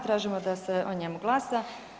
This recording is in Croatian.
Tražimo da se o njemu glasa.